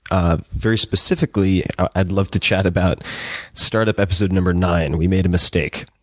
ah very specifically, i'd love to chat about startup episode number nine, we made a mistake.